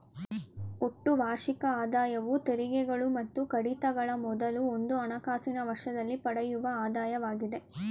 ಒಟ್ಟು ವಾರ್ಷಿಕ ಆದಾಯವು ತೆರಿಗೆಗಳು ಮತ್ತು ಕಡಿತಗಳ ಮೊದಲು ಒಂದು ಹಣಕಾಸಿನ ವರ್ಷದಲ್ಲಿ ಪಡೆಯುವ ಆದಾಯವಾಗಿದೆ